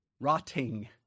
Rotting